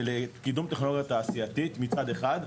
ולקידום טכנולוגיה תעשייתית מצד אחד,